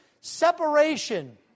separation